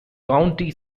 county